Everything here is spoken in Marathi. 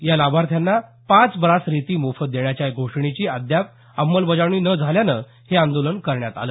या लाभार्थ्यांना पाच ब्रास रेती मोफत देण्याच्या घोषणेची अद्याप त्याची अंमलबजावणी न झाल्यानं हे आंदोलन करण्यात आलं